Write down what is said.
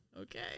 Okay